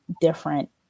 different